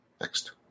Next